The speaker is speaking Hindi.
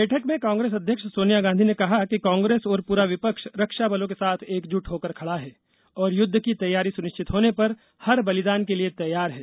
बैठक में कांग्रेस अध्यक्ष सोनिया गांधी ने कहा कि कांग्रेस और पूरा विपक्ष रक्षा बलों के साथ एकजुट होकर खडा है और युद्ध की तैयारी सुनिश्चित होने पर हर बलिदान के लिये तैयार है